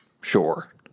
Sure